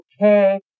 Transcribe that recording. okay